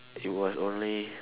it was only